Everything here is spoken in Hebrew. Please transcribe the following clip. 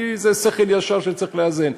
אני, זה שכל ישר שצריך לאזן.